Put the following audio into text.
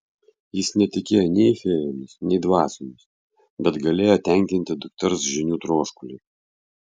jis netikėjo nei fėjomis nei dvasiomis bet galėjo tenkinti dukters žinių troškulį